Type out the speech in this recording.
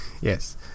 Yes